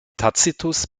tacitus